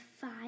five